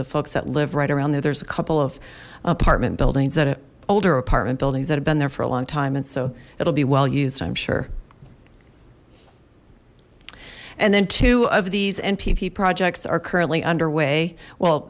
the folks that live right around there there's a couple of apartment buildings that a older apartment buildings that have been there for a long time and so it'll be well used i'm sure and then two of these npp projects are currently underway well